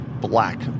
Black